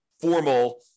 formal